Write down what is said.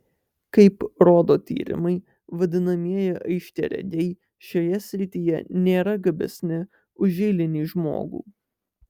kaip rodo tyrimai vadinamieji aiškiaregiai šioje srityje nėra gabesni už eilinį žmogų